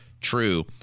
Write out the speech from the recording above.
true